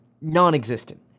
non-existent